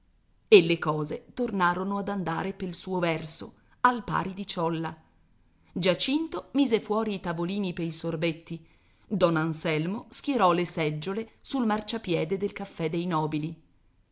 e le cose tornarono ad andare pel suo verso al pari di ciolla giacinto mise fuori i tavolini pei sorbetti don anselmo schierò le seggiole sul marciapiede del caffè dei nobili